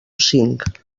cinc